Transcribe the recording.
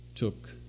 took